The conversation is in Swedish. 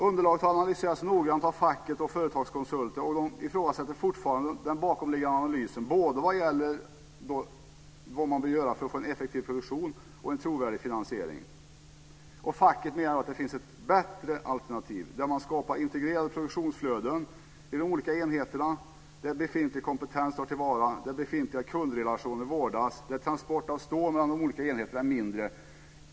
Underlaget har analyserats noggrant av facket och företagskonsulter, och de ifrågasätter fortfarande den bakomliggande analysen både vad gäller vad man bör göra för att få en effektiv produktion och en trovärdig finansiering. Facket menar att det finns ett bättre alternativ, där man skapar integrerade produktionsflöden i de olika enheterna, där befintlig kompetens tas till vara, där befintliga kundrelationer vårdas och där transporten av stål mellan de olika enheterna är mindre.